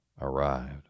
arrived